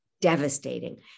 devastating